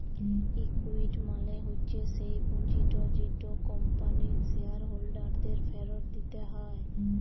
equity মালে হচ্যে স্যেই পুঁজিট যেট কম্পানির শেয়ার হোল্ডারদের ফিরত দিতে হ্যয়